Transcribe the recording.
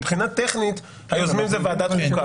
מבחינה טכנית, היוזמים זו ועדת החוקה.